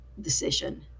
decision